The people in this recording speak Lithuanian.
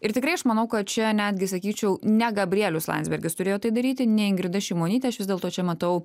ir tikrai aš manau kad čia netgi sakyčiau ne gabrielius landsbergis turėjo tai daryti ne ingrida šimonytė aš vis dėlto čia matau